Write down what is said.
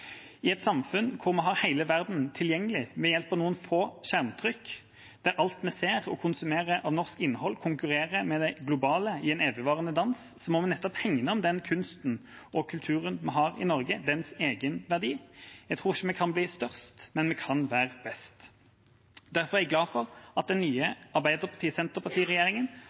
I et samfunn hvor vi har hele verden tilgjengelig ved hjelp av noen få skjermtrykk, der alt vi ser og konsumerer av norsk innhold, konkurrerer med det globale i en evigvarende dans, må vi nettopp hegne om den kunsten og kulturen vi har i Norge, dens egenverdi. Jeg tror ikke vi kan bli størst, men vi kan være best. Derfor er jeg glad for at den nye